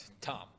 Tom